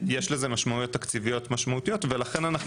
יש לזה משמעויות תקציביות משמעותיות ולכן אנחנו